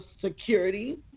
security